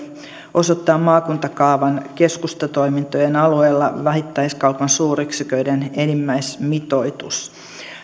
osoittaa maakuntakaavan keskustatoimintojen alueella vähittäiskaupan suuryksiköiden enimmäismitoitus